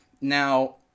Now